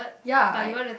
ya I